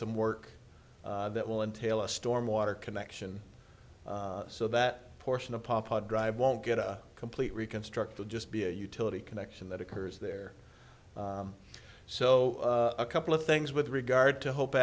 some work that will entail a stormwater connection so that portion of papad drive won't get a complete reconstruct would just be a utility connection that occurs there so a couple of things with regard to hope